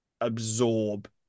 absorb